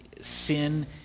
sin